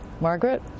Margaret